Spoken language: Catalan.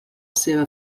seva